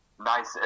nice